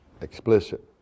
explicit